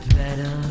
better